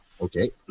Okay